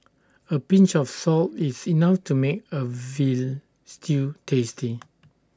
A pinch of salt is enough to make A Veal Stew tasty